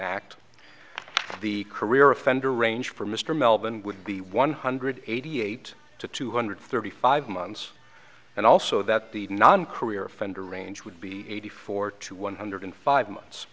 act the career offender arranged for mr melvin would be one hundred eighty eight to two hundred thirty five months and also that the non career offender range would be eighty four to one hundred five months